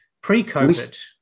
pre-COVID